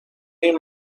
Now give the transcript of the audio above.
این